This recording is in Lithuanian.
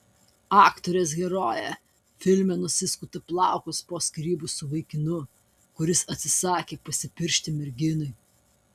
aktorės herojė filme nusiskuta plaukus po skyrybų su vaikinu kuris atsisakė pasipiršti merginai